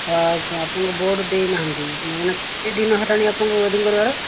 ଆପଣଙ୍କ ବୋର୍ଡ଼ ଦେଇନାହାନ୍ତି ନହଲେ କେଇ ଦିନ ହେଲାଣି ଆପଣଙ୍କ ୱାଇରିଙ୍ଗ୍ କରିବାର